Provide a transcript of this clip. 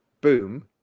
boom